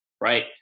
right